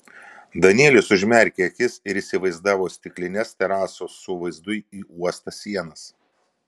danielius užmerkė akis ir įsivaizdavo stiklines terasų su vaizdu į uostą sienas